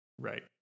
Right